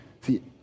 See